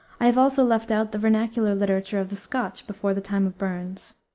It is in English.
i have also left out the vernacular literature of the scotch before the time of burns.